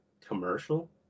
commercial